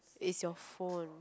is your phone